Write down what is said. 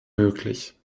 möglich